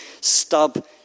stub